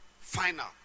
final